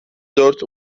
dört